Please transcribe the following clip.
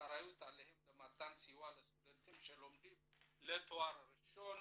האחריות אליהם למתן סיוע לסטודנטים שלומדים לתואר ראשון